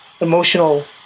emotional